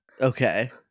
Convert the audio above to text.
Okay